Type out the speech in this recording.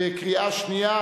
בקריאה שנייה.